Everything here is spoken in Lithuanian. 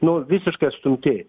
nu visiškai atstumti